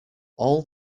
all